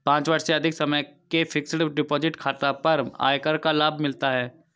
पाँच वर्ष से अधिक समय के फ़िक्स्ड डिपॉज़िट खाता पर आयकर का लाभ मिलता है